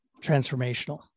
transformational